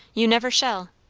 you never shall.